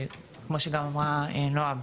כמו שאמרה גם נועה,